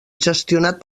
gestionat